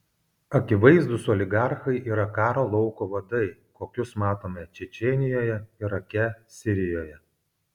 akivaizdūs oligarchai yra karo lauko vadai kokius matome čečėnijoje irake sirijoje